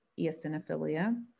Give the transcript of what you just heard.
eosinophilia